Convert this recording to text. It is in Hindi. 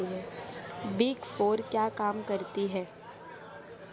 बिग फोर क्या काम करती है?